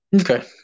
okay